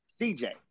CJ